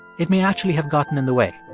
it may actually have gotten in the way.